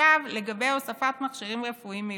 עכשיו לגבי הוספת מכשירים רפואיים מיוחדים.